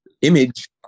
Image